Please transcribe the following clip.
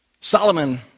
Solomon